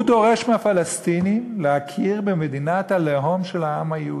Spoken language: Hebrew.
הוא דורש מהפלסטינים להכיר במדינת הלאום של העם היהודי,